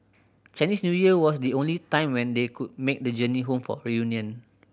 Chinese New Year was the only time when they could make the journey home for a reunion